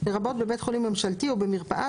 לרבות בבית חולים ממשלתי או במרפאה,